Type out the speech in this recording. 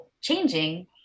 changing